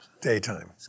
Daytime